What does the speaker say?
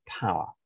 power